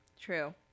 True